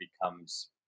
becomes